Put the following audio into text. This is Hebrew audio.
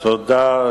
תודה.